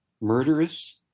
Murderous